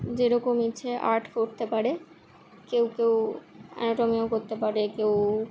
যেরকম ইচ্ছে আর্ট করতে পারে কেউ কেউ অ্যানাটোমিও করতে পারে কেউ